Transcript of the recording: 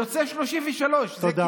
יוצא 33. תודה.